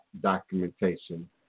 documentation